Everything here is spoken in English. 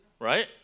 Right